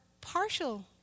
partial